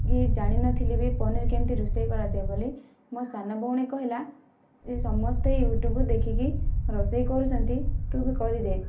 କି ଜାଣିନଥିଲି ବି ପନିର୍ କେମିତି ରୋଷେଇ କରାଯାଏ ବୋଲି ମୋ ସାନଭଉଣୀ କହିଲା ଯେ ସମସ୍ତେ ୟୁଟ୍ୟୁବ ଦେଖିକି ରୋଷେଇ କରୁଛନ୍ତି ତୁ ବି କରିଦେ